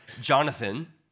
Jonathan